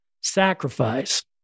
sacrifice